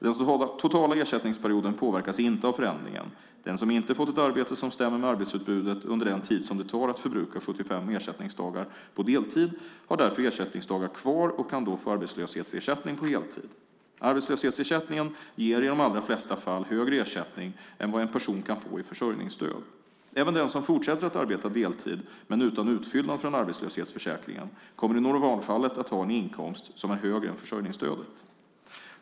Den totala ersättningsperioden påverkas inte av förändringen. Den som inte fått ett arbete som stämmer med arbetsutbudet under den tid som det tar att förbruka 75 ersättningsdagar på deltid har därför ersättningsdagar kvar och kan då få arbetslöshetsersättning på heltid. Arbetslöshetsersättningen ger i de allra flesta fall högre ersättning än vad en person kan få i försörjningsstöd. Även den som fortsätter att arbeta deltid, men utan utfyllnad från arbetslöshetsförsäkringen, kommer i normalfallet att ha en inkomst som är högre än försörjningsstödet.